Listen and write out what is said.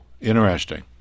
interesting